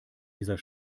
dieser